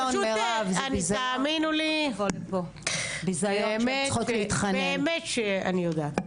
תאמינו לי, באמת שאני יודעת,